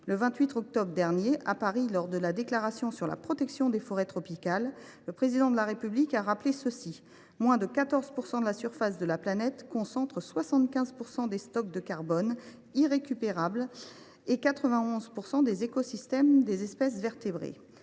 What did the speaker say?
Le 28 octobre dernier, à Paris, lors de sa déclaration sur la protection des forêts tropicales, le Président de la République a rappelé ceci :« Moins de 14 % de la surface de la planète concentre 75 % des stocks de carbone irrécupérable et 91 % des écosystèmes des espèces vertébrées.